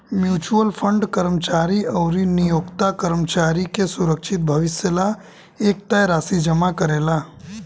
mutual fund कर्मचारी अउरी नियोक्ता कर्मचारी के सुरक्षित भविष्य ला एक तय राशि जमा करेला